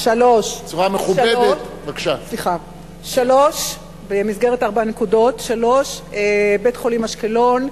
3. במסגרת ארבע הנקודות: בית-חולים אשקלון.